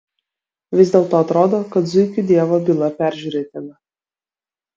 vis dėlto atrodo kad zuikių dievo byla peržiūrėtina